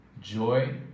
joy